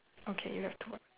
okay you have two white